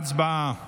הצבעה.